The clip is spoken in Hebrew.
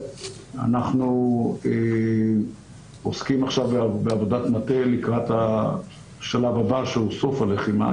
אנחנו עוסקים עכשיו בעבודת מטה לקראת השלב הבא שהוא סוף הלחימה,